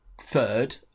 third